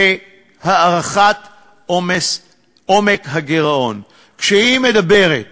לביניכם בהערכת עומק הגירעון, כשהיא מדברת